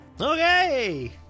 Okay